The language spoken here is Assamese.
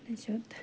পিছত